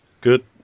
Good